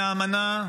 מהאמנה,